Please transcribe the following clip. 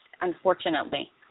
unfortunately